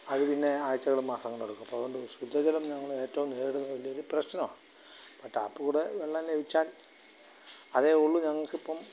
അത് പിന്നെ ആഴ്ചകളും മാസങ്ങളും എടുക്കും അപ്പോള് അതുകൊണ്ട് ശുദ്ധജലം ഞങ്ങള് ഏറ്റവും നേരിടുന്ന വലിയൊരു പ്രശ്നമാണ് ഇപ്പോള് ടാപ്പില്ക്കൂടെ വെള്ളം ലഭിച്ചാല് അതേ ഉള്ളൂ ഞങ്ങള്ക്കിപ്പോള്